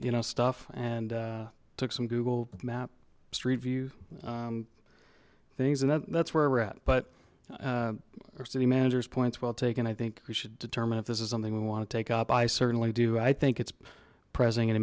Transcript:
you know stuff and took some google map street view things and that that's where we're at but our city managers points well taken i think we should determine if this is something we want to take up i certainly do i think it's pressing and